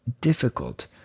difficult